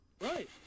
Right